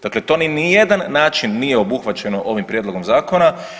Dakle, to na nijedan način nije obuhvaćeno ovim prijedlogom zakona.